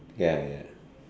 ya ya